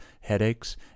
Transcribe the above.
headaches